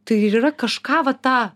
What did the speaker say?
tai ir yra kažką va tą